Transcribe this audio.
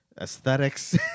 aesthetics